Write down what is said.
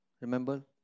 Remember